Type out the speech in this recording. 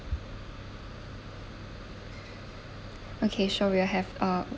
okay sure we'll have uh